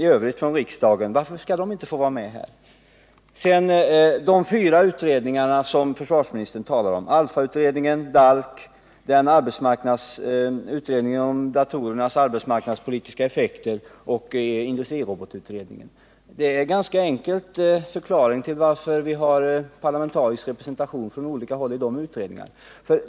Försvarsministern pekade på att det är parlamentarisk representation i fyra utredningar om datafrågor: ALLFA-utredningen, DALK, utredningen om datorernas arbetsmarknadspolitiska effekter och industrirobotutredningen. Det finns en ganska enkel förklaring till varför vi har parlamentarisk representation från olika håll i dessa utredningar.